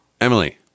Emily